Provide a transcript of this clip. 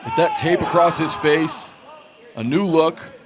that tape across his face a new look